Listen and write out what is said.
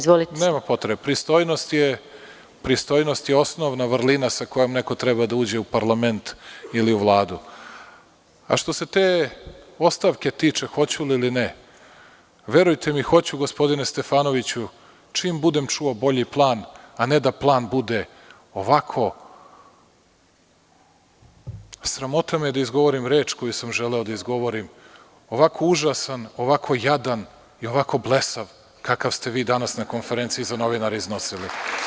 Znate, pristojnost je osnovna vrlina sa kojom neko treba da uđe u parlament ili u Vladu, a što se te ostavke tiče hoću li ili ne, verujte mi hoću, gospodine Stefanoviću, čim budem čuo bolji plan, a ne da plan bude ovako, sramota me da izgovorim reč koju sam želeo da izgovorim, ovako užasan, ovako jadan i ovako blesav kakav ste vi danas na konferenciji za novinare iznosili.